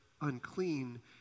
unclean